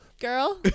girl